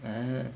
um